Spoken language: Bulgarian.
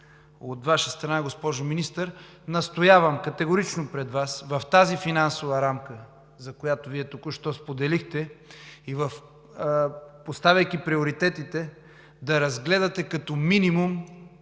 от Ваша страна, госпожо Министър. Настоявам категорично пред Вас в тази финансова рамка, за която Вие току-що споделихте, поставяйки, приоритетите да разгледате като минимум